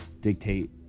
dictate